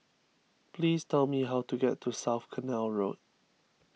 please tell me how to get to South Canal Road